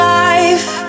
life